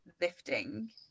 lifting